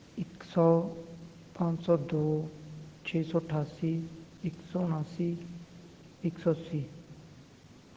ਇੱਕ ਸੌ ਪੰਜ ਸੌ ਦੋ ਛੇ ਸੌ ਅਠਾਸੀ ਇੱਕ ਸੌ ਉਣਾਸੀ ਇੱਕ ਸੌ ਅੱਸੀ